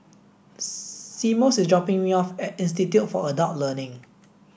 Seamus is dropping me off at Institute for Adult Learning